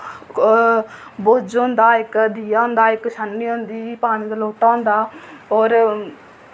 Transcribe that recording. बुज्झ होंदा इक दिया होंदा इक छाननी होंदी पानी दा लोटा होंदा और